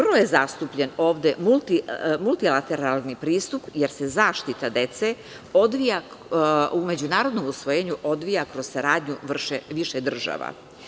Vrlo je zastupljen multilateralni pristup, jer se zaštita dece u međunarodnom usvojenju odvija kroz saradnju više država.